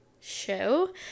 show